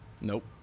nope